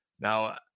Now